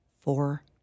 Four